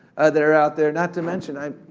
they're out there. not to mention,